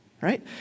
Right